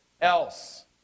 else